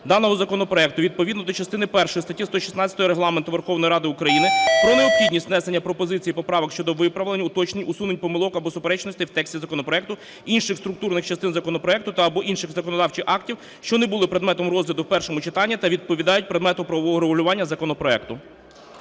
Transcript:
даного законопроекту відповідно до частини першої статті 116 Регламенту Верховної Ради України про необхідність внесення пропозицій і поправок щодо виправлень, уточнень, усунення помилок або суперечностей в тексті законопроекту і інших структурних частин законопроекту та (або), інших законодавчих актів, що не були предметом розгляду в першому читанні та відповідають предмету правового регулювання законопроекту.